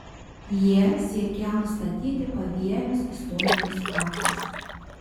jie siekią nustatyti pavienius istorinius faktus